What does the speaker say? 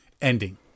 ending